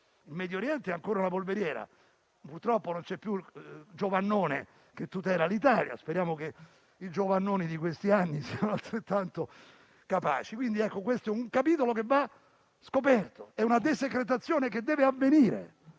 Il Medioriente è ancora una polveriera e purtroppo non c'è più il colonnello Giovannone a tutelare l'Italia. Speriamo che i «Giovannone» di questi anni siano altrettanto capaci. Si tratta di un capitolo che va scoperto, di una desecretazione che deve avvenire.